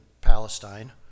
Palestine